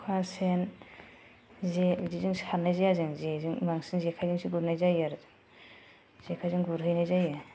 खखा सेन जे बादिजों सारनाय जाया जों जेजों बांसिन जेखायजोंसो गुरनाय जायो जेखायजों गुरहैनाय जायो